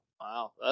Wow